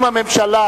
אם הממשלה,